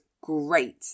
great